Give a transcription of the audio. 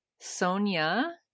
Sonia